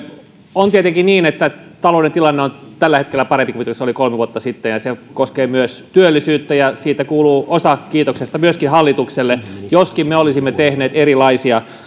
on tietenkin niin että talouden tilanne on tällä hetkellä parempi kuin se oli kolme vuotta sitten ja se koskee myös työllisyyttä ja osa kiitoksesta kuuluu myöskin hallitukselle joskin me olisimme tehneet erilaisia